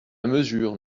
mesure